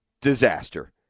disaster